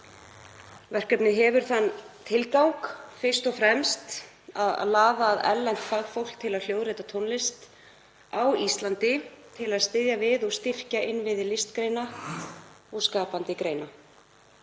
Verkefnið hefur þann tilgang fyrst og fremst að laða að erlent fagfólk til að hljóðrita tónlist á Íslandi til að styðja við og styrkja innviði listgreina og skapandi greina.